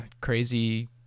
crazy